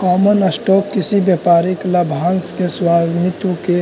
common stock किसी व्यापारिक लाभांश के स्वामित्व के